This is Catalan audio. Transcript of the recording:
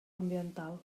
ambiental